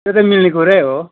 त्यो त मिल्ने कुरै हो